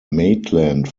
maitland